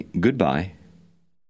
goodbye